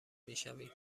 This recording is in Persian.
میشویم